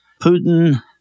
Putin